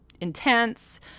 intense